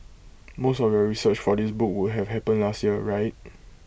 most of your research for this book would have happened last year right